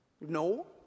No